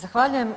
Zahvaljujem.